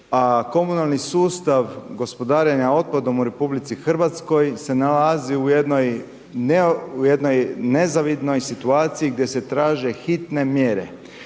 komunalni sustav gospodarenja otpadom u RH se nalazi u jednoj nezavidnoj situaciji gdje se traže hitne mjere.